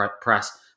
press